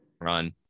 run